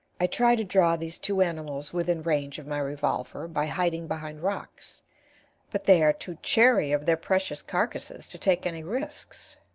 i try to draw these two animals within range of my revolver by hiding behind rocks but they are too chary of their precious carcasses to take any risks,